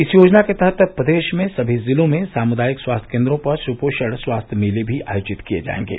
इस योजना के तहत प्रदेश में सभी जिलों में सामुदायिक स्वास्थ्य केन्द्रों पर सुपोषण स्वास्थ्य मेले भी आयोजित किये जायेंगे